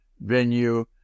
venue